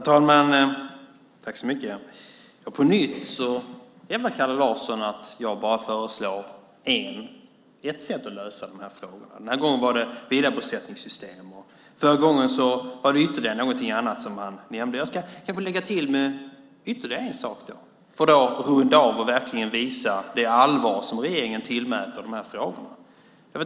Herr talman! På nytt hävdar Kalle Larsson att jag bara föreslår ett sätt att lösa de här frågorna på. Den här gången var det vidarebosättningssystemet. Förra gången var det någonting annat han nämnde. Jag ska kanske lägga till ytterligare en sak för att runda av och verkligen visa det allvar som regeringen tillmäter de här frågorna.